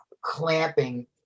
clamping